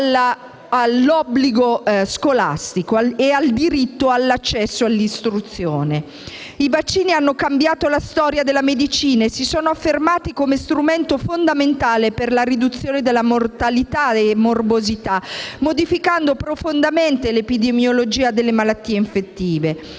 all'obbligo scolastico e al diritto all'accesso all'istruzione. I vaccini hanno cambiato la storia della medicina e si sono affermati come strumento fondamentale per la riduzione della mortalità e morbosità, modificando profondamente l'epidemiologia delle malattie infettive.